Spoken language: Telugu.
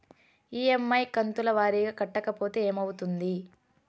ఇ.ఎమ్.ఐ కంతుల వారీగా కట్టకపోతే ఏమవుతుంది?